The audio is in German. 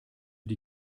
die